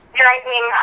driving